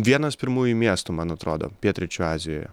vienas pirmųjų miestų man atrodo pietryčių azijoje